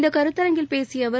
இந்த கருத்தரங்கில் பேசிய அவர்